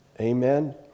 amen